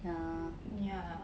yeah